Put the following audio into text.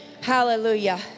hallelujah